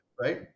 right